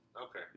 Okay